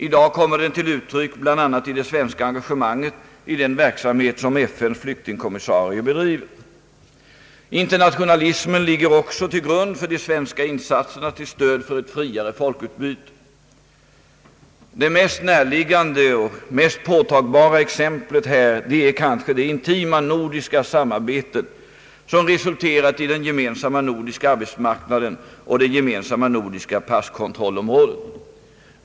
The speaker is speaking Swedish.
I dag kommer den till uttryck bl.a. i det svenska engagemanget i den verksamhet som FN:s flyktingkommissarie bedriver. Internationalismen ligger också till grund för de svenska insatserna till stöd för ett friare folkutbyte. Det mest närliggande och påtagliga exemplet är kanske det intima nordiska samarbete som resulterat i den gemensamma nordiska arbetsmarknaden och det gemensamma nordiska passkontrollområdet.